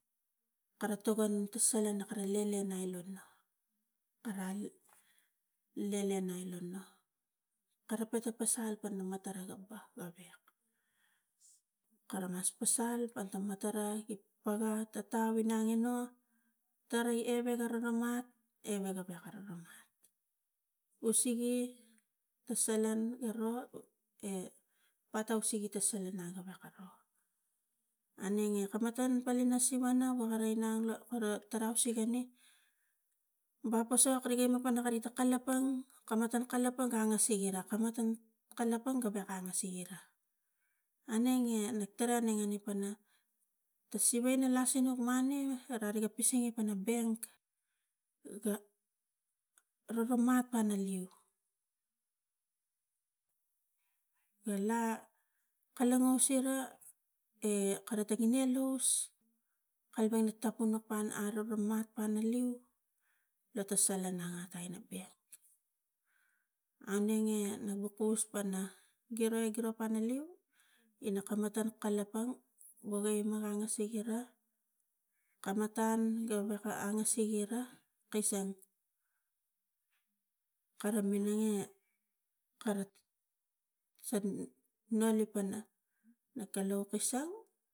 Kara togon ta sala kara lelenai na no karai i lelenai na no kara pata pasal pana matara ga pa gavek kara mas pasal a matarai gi paga tatau inang ino tara e gara ga mat e we gavek kara ga mat usege ta salan ero e pato sege ta salan a gevek aro aunenge kam matan palina siva nap poli gi inang lo kara tarause keni bap posok kari ga nu panani kalapang kam matan kalapang ga angasik ira kam matan kalapang gavek ga angasik ira aunenge na tara ga nangina pana ta siva ina la sinuk mane ariga pisinge pana bank ga roromat pana leu ga la kalapang sira e kana tangine lus kalapang na tapunga pana aroromat pana leu lo ta salan angata ina bek, aunenge na paus pana giro e giro pana leu ina kam matan kalapang woge ima angasik ira kam matan aweka angasik ira kasang kara minang e kara ta nun li pana na kalau gi sang